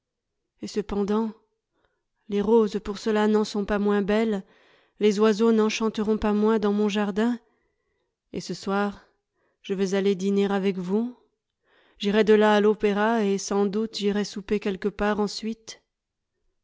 et cependant les roses pour cela n'en sont pas moins belles les oiseaux n'en chanteront pas moins dans mon jardin et ce soir je vais aller dîner avec vous j'irai de là à l'opéra et sans doute j'irai souper quelque part ensuite